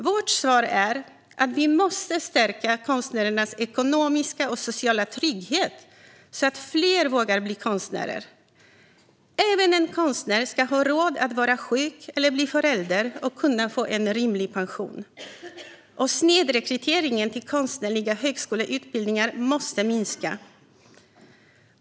Vårt svar är att vi måste stärka konstnärernas ekonomiska och sociala trygghet, så att fler vågar bli konstnärer. Även en konstnär ska ha råd att vara sjuk eller bli förälder och kunna få en rimlig pension. Snedrekryteringen till konstnärliga högskoleutbildningar måste minska.